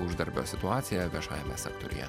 uždarbio situacija viešajame sektoriuje